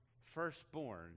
firstborn